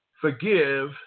forgive